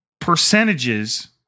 percentages